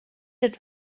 het